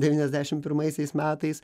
devyniasdešim pirmaisiais metais